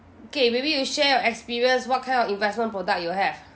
okay maybe you share your experience what kind of investment product you have